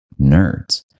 nerds